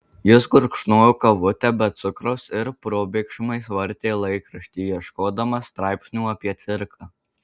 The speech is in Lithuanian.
jis gurkšnojo kavutę be cukraus ir probėgšmais vartė laikraštį ieškodamas straipsnių apie cirką